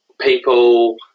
people